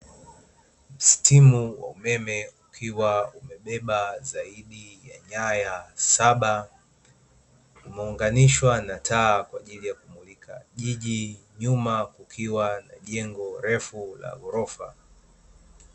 Stimu ya umeme ikiwa imebeba zaidi ya nguo saba, umeunganishwa na taa kwajili ya kumulika jiji, nyuma kukiwa na jengo refu la gorofa.